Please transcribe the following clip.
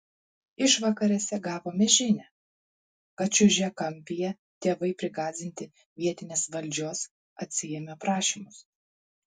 išvakarėse gavome žinią kad čiužiakampyje tėvai prigąsdinti vietinės valdžios atsiėmė prašymus